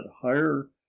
higher